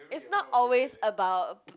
is not always about